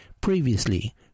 Previously